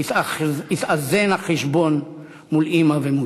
יתאזן החשבון מול אימא ומולי.